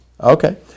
Okay